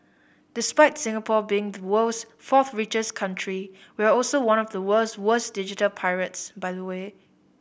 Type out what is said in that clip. despite Singapore being the world's fourth richest country we're also one of the world's worst digital pirates by the way